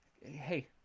Hey